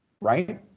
right